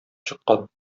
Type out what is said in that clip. чыккан